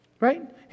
Right